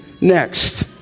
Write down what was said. next